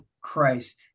Christ